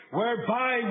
whereby